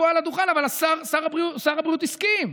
פה על הדוכן: אבל שר הבריאות הסכים,